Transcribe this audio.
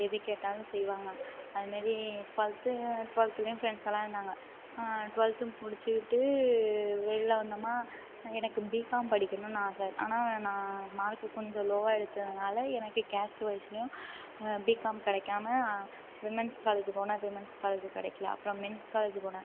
எது கேட்டாலும் செய்வாங்க அது மாரி டுவெல்த்து டுவெல்த்துலேயும் ஃப்ரெண்ட்ஸுலாம் இருந்தாங்க டுவெல்த்து முடிச்சுட்டு வெளியில் வந்தோமா எனக்கு பிகாம் படிக்கணும்ன்னு ஆசை ஆனால் நான் மார்க்கு கொஞ்சம் லோவாக எடுத்ததினால எனக்கு கேஸ்ட் வைஸ்லேயும் பிகாம் கிடைக்காம விமன்ஸ் காலேஜு போனேன் விமன்ஸ் காலேஜு கிடைக்கல அப்புறம் மென்ஸ் காலேஜு போனேன்